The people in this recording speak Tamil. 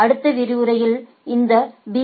அடுத்த விரிவுரையில் இந்த பி